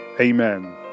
Amen